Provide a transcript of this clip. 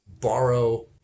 borrow